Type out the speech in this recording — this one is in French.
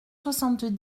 soixante